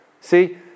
See